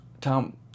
Tom